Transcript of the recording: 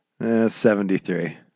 73